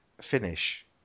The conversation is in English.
finish